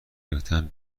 گرفتن